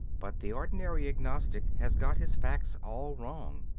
but the ordinary agnostic has got his facts all wrong.